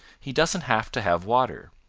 he doesn't have to have water.